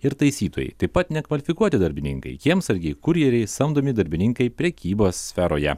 ir taisytojai taip pat nekvalifikuoti darbininkai kiemsargiai kurjeriai samdomi darbininkai prekybos sferoje